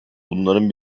bunların